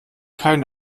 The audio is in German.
kein